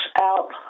out